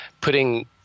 putting